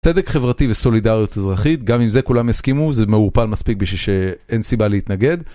צדק חברתי וסולידריות אזרחית, גם עם זה כולם הסכימו, זה מעורפל מספיק בשביל שאין סיבה להתנגד.